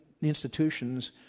institutions